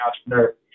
entrepreneur